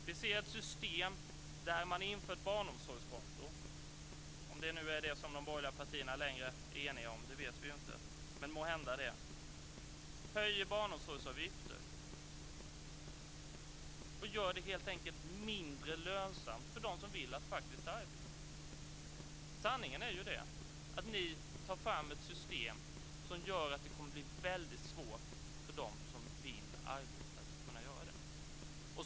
Vi ser ett system där man inför barnomsorgskonto - om nu de borgerliga partierna fortfarande är eniga om detta, det vet vi ju inte, men måhända är de det - höjer barnomsorgsavgifter och helt enkelt gör det mindre lönsamt för dem som faktiskt vill arbeta. Sanningen är den att ni tar fram ett system som gör att det kommer att bli väldigt svårt för dem som vill arbeta att kunna göra det.